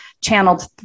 channeled